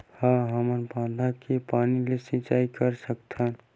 का हमन बांधा के पानी ले सिंचाई कर सकथन?